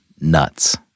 Nuts